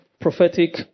Prophetic